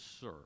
sir